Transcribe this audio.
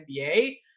NBA –